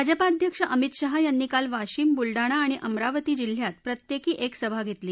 भाजपा अध्यक्ष अमित शहा यांनी काल वाशिम बुलडाणा आणि अमरावती जिल्ह्यात प्रत्येकी एक सभा घेतली